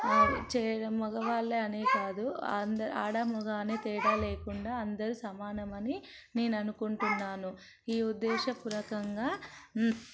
చేయడం మగవాళ్లనే కాదు అందరూ ఆడ మగ అనే తేడా లేకుండా అందరూ సమానమని నేను అనుకుంటున్నాను ఈ ఉద్దేశపూర్వకంగా